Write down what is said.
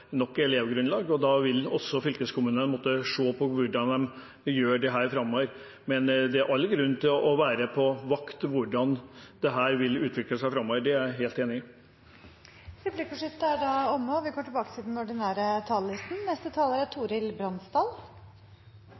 nok elevgrunnlag, og da vil også fylkeskommunene måtte se på hvordan de gjør dette framover. Men det er all grunn til å være på vakt overfor hvordan dette vil utvikle seg framover. Det er jeg helt enig i. Replikkordskiftet er da omme. Hvis jeg hadde fortalt innbyggerne i Vennesla kommune at vi skulle diskutere kommuneproposisjonen i dag, er